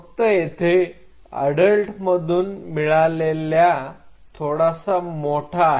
फक्त येथे अडल्टमधून मिळालेल्या थोडासा मोठा आहे